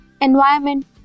environment